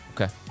Okay